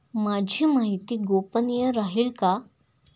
माझी माहिती गोपनीय राहील का?